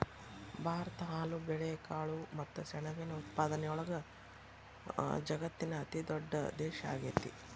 ಭಾರತ ಹಾಲು, ಬೇಳೆಕಾಳು ಮತ್ತ ಸೆಣಬಿನ ಉತ್ಪಾದನೆಯೊಳಗ ವಜಗತ್ತಿನ ಅತಿದೊಡ್ಡ ದೇಶ ಆಗೇತಿ